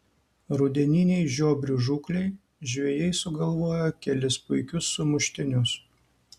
rudeninei žiobrių žūklei žvejai sugalvojo kelis puikius sumuštinius